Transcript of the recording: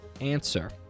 answer